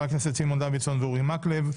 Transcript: סימון דוידסון ואורי מקלב,